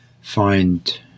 find